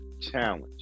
challenge